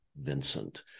Vincent